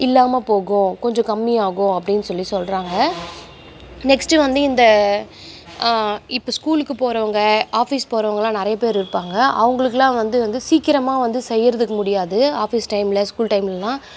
இல்லாமல் போகும் கொஞ்சம் கம்மி ஆகும் அப்படின்னு சொல்லி சொல்கிறாங்க நெக்ஸ்ட்டு வந்து இந்த இப்போ ஸ்கூலுக்கு போகிறவுங்க ஆஃபீஸ் போகிறவுங்களாம் நிறைய பேர் இருப்பாங்க அவங்களுக்குலாம் வந்து வந்து சீக்கிரமாக வந்து செய்கிறதுக்கு முடியாது ஆஃபீஸ் டைமில் ஸ்கூல் டைம்லெல்லாம்